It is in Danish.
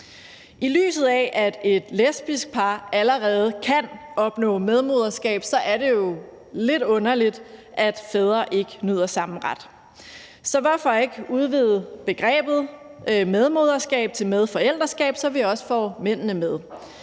I lyset af at et lesbisk par allerede kan opnå medmoderskab, er det jo lidt underligt, at fædre ikke nyder samme ret. Så hvorfor ikke udvide begrebet medmoderskab til medforældreskab, så vi også får mændene med?